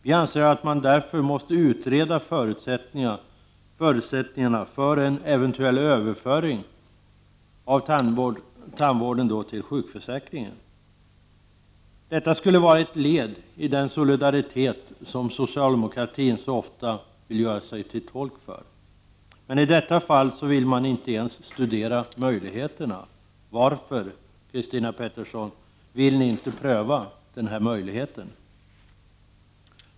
Vi anser att man därför måste utreda förutsättningarna för en eventuell överföring av tandvården till sjukförsäkringen. Detta skulle vara ett led i den solidaritet som socialdemokratin så ofta vill göra sig till tolk för. Men i detta fall vill man inte ens studera möjligheterna. Varför, Christina Pettersson, vill ni inte pröva denna möjlighet?